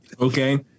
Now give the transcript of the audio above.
Okay